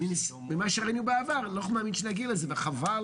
ממה שראינו בעבר, אני לא מאמין שנגיע לזה וחבל